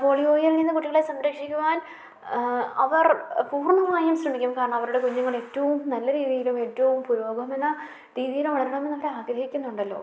പോളിയോയിൽനിന്ന് കുട്ടികളെ സംരക്ഷിക്കുവാൻ അവർ പൂർണ്ണമായും ശ്രമിക്കും കാരണം അവരുടെ കുഞ്ഞുങ്ങൾ ഏറ്റവും നല്ല രീതിയിലും ഏറ്റവും പുരോഗമന രീതിയിലും വളരണമെന്ന് അവർ ആഗ്രഹിക്കുന്നുണ്ടല്ലോ